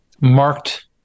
marked